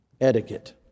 Etiquette